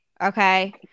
okay